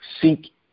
seek